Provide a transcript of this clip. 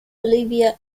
olivia